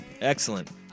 Excellent